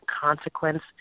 consequence